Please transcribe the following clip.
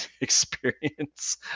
experience